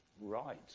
right